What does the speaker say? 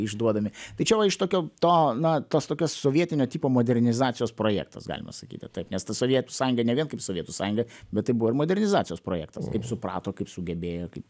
išduodami tai čia va iš tokio to na tos tokios sovietinio tipo modernizacijos projektas galima sakyti taip nes ta sovietų sąjungai ne vien kaip sovietų sąjunga bet tai buvo ir modernizacijos projektas kaip suprato kaip sugebėjo kaip